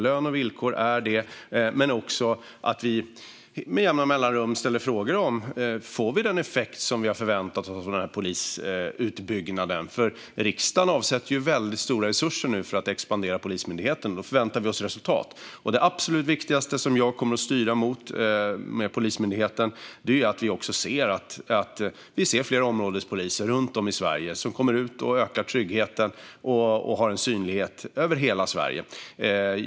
Lön och villkor är sådana frågor, och med jämna mellanrum måste vi fråga oss om vi får den effekt som vi har förväntat oss av polisutbyggnaden. Riksdagen avsätter ju stora resurser för att expandera Polismyndigheten, och då förväntar vi oss resultat. Det absolut viktigaste som jag kommer att styra mot med Polismyndigheten är att det ska synas fler områdespoliser runt om i Sverige. De ska komma ut, öka tryggheten och synas över hela Sverige.